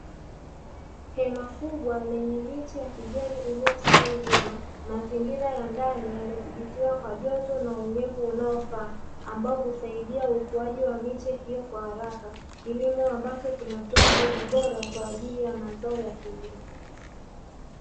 Hema kubwa lenye miti ya kijani iliyostawi vyema, mazingira ya ndani yamedhibitiwa kwa joto na unyevu unaofaa ambao husaidia ukuaji wa miche hiyo kwa haraka, kilimo ambacho kinatoa mbegu bora kwa ajili ya mazao ya kilimo.